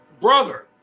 brother